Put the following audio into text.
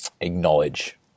acknowledge